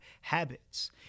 habits